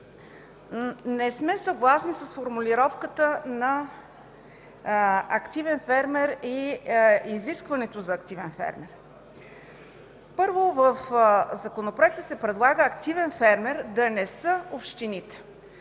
Не сме съгласни с формулировката на „активен фермер” и изискването за активен фермер. Първо, в законопроекта се предлага „активен фермер” да не са общините.